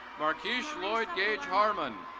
marquish lloyd gage harmon.